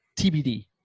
TBD